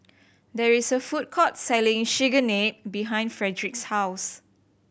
there is a food court selling Chigenabe behind Fredrick's house